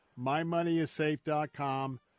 MyMoneyIsSafe.com